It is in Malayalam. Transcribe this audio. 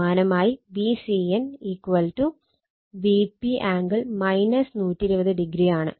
സമാനമായി Vcn Vp ആംഗിൾ 120o ആണ്